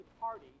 party